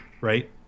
right